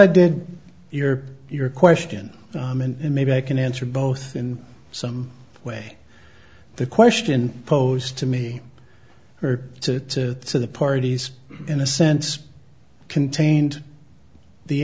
i did your your question and maybe i can answer both in some way the question posed to me or to the parties in a sense contained the